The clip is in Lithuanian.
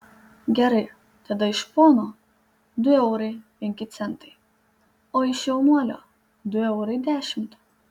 gerai tada iš pono du eurai penki centai o iš jaunuolio du eurai dešimt